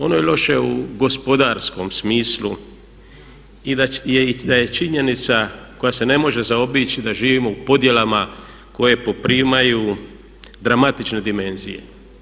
Ono je loše u gospodarskom smislu i da je činjenica koja se ne može zaobići da živimo u podjelama koje poprimaju dramatične dimenzije.